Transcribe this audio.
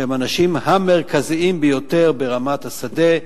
שהם האנשים המרכזיים ביותר ברמת השדה,